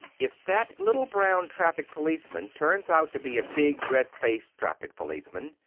if that little brown traffic-policeman turns out to be a big, red-faced traffic-policeman,